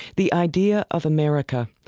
the idea of america,